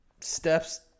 steps